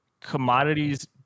commodities